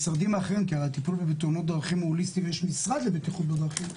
הרי הטיפול בתאונות דרכים הוא הוליסטי ויש משרד לבטיחות בדרכים,